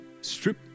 strip